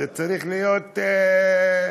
צריך להיות תותח-על.